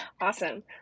Awesome